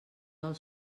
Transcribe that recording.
del